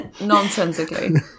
nonsensically